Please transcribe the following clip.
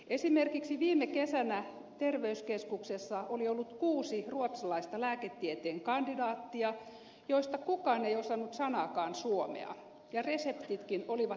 esimerkiksi viime kesänä terveyskeskuksessa oli ollut kuusi ruotsalaista lääketieteen kandidaattia joista kukaan ei osannut sanakaan suomea ja reseptitkin olivat sen mukaisia